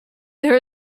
there